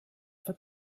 for